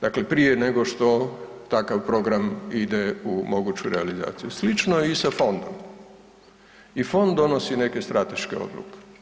Dakle prije nego što takav program ide u moguću realizaciju, slično je i sa fondom, i fond donosi neke strateške odluke.